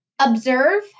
observe